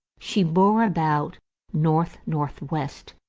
she bore about north-north-west.